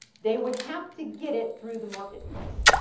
they would have to get it through the marketplace.